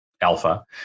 Alpha